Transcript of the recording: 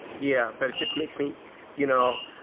yeah, but it just makes me you know